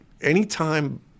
anytime